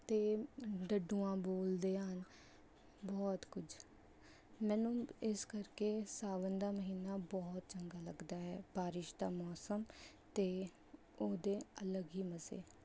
ਅਤੇ ਡੱਡੂਆਂ ਬੋਲਦੇ ਹਨ ਬਹੁਤ ਕੁਛ ਮੈਨੂੰ ਇਸ ਕਰਕੇ ਸਾਵਨ ਦਾ ਮਹੀਨਾ ਬਹੁਤ ਚੰਗਾ ਲੱਗਦਾ ਹੈ ਬਾਰਿਸ਼ ਦਾ ਮੌਸਮ ਅਤੇ ਉਹਦੇ ਅਲੱਗ ਹੀ ਮਜ਼ੇ